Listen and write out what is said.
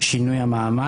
שינוי המעמד.